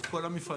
את כל המפעלים.